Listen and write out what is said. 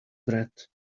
bread